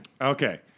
Okay